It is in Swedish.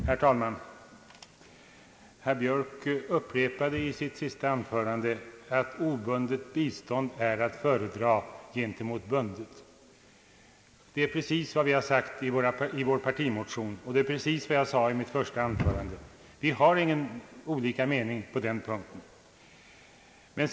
Herr talman! Herr Björk upprepade i sitt senaste anförande att obundet bistånd är att föredra framför bundet. Det är precis vad vi har sagt i vår partimotion, och precis vad jag sade i mitt första anförande. Vi har inte olika meningar på den punkten.